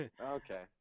Okay